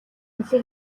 харахад